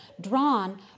drawn